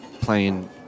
playing